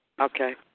Okay